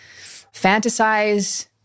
fantasize